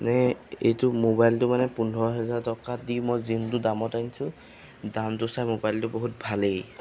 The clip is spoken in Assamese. মানে এইটো মবাইলটো মানে পোন্ধৰ হেজাৰ টকা যি মই যোনটো দামত আনিছোঁ দামটো চাই মোবাইলটো বহুত ভালেই